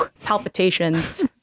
palpitations